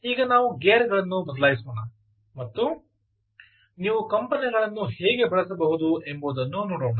ಈಗ ನಾವು ಗೇರ್ಗಳನ್ನು ಬದಲಾಯಿಸೋಣ ಮತ್ತು ನೀವು ಕಂಪನವನ್ನು ಹೇಗೆ ಬಳಸಬಹುದು ಎಂಬುದನ್ನು ನೋಡೋಣ